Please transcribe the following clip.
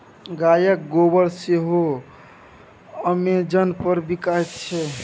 गायक गोबर सेहो अमेजन पर बिकायत छै